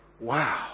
wow